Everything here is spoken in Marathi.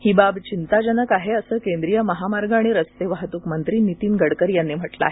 ही बाब चिंताजनक आहे असं केंद्रीय महामार्ग आणि रस्ते वाहतूक मंत्री नीतीन गडकरी यांनी म्हटलं आहे